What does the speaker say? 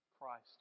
Christ